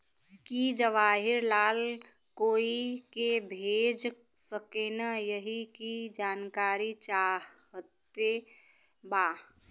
की जवाहिर लाल कोई के भेज सकने यही की जानकारी चाहते बा?